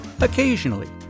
occasionally